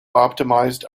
optimised